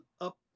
up